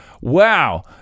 wow